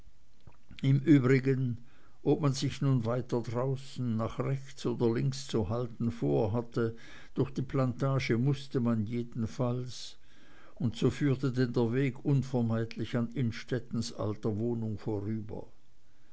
im übrigen ob man sich nun weiter draußen nach rechts oder links zu halten vorhatte durch die plantage mußte man jedenfalls und so führte denn der weg unvermeidlich an innstettens alter wohnung vorüber